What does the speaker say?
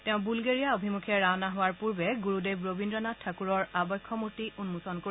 তেওঁ বুলগেৰিয়া অভিমুখে ৰাওনা হোৱা পূৰ্বে গুৰুদেৱ ৰবীদ্ৰ নাথ ঠাকুৰৰ আৱক্ষ মূৰ্তি উন্মোচন কৰিব